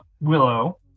Willow